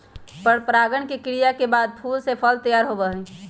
परागण के क्रिया के बाद फूल से फल तैयार होबा हई